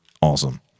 awesome